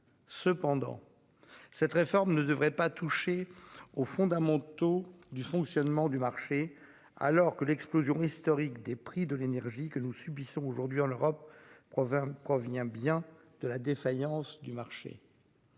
Cependant, cette réforme ne devrait pas toucher aux fondamentaux. Du fonctionnement du marché alors que l'explosion historique des prix de l'énergie que nous subissons aujourd'hui en Europe. Provins provient bien de la défaillance du marché.